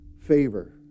favor